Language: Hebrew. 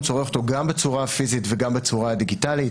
צורך אותו גם בצורה פיזית וגם בצורה פיזיקלית.